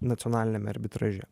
nacionaliniame arbitraže